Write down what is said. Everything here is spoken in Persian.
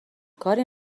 کاری